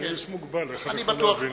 אני איש מוגבל, איך אני יכול להבין את זה.